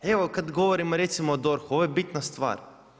Evo kada govorimo recimo o DORH-u, ovo je bitna stvar.